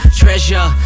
treasure